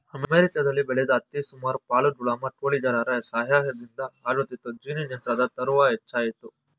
ಅಮೆರಿಕದಲ್ಲಿ ಬೆಳೆದ ಹತ್ತಿ ಸುಮಾರು ಪಾಲು ಗುಲಾಮ ಕೂಲಿಗಾರರ ಸಹಾಯದಿಂದ ಆಗುತ್ತಿತ್ತು ಜಿನ್ನಿಂಗ್ ಯಂತ್ರದ ತರುವಾಯ ಹೆಚ್ಚಾಯಿತು